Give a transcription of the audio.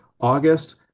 August